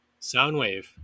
Soundwave